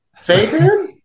Satan